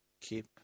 keep